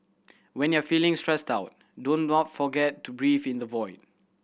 when you are feeling stressed out don't forget to breathe in the void